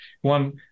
one